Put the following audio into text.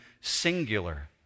singular